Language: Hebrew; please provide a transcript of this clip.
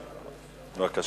בבקשה.